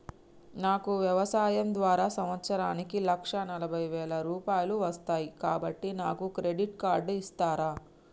నాకు వ్యవసాయం ద్వారా సంవత్సరానికి లక్ష నలభై వేల రూపాయలు వస్తయ్, కాబట్టి నాకు క్రెడిట్ కార్డ్ ఇస్తరా?